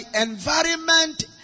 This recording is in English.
environment